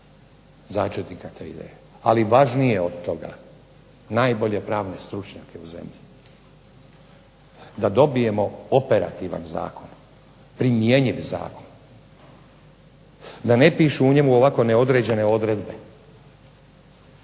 začetnika te ideje. Ali važnije od toga, najbolje pravne stručnjake u zemlji, da dobijemo operativan zakon, primjenjiv zakon, da ne pišu u njemu ovako neodređene odredbe,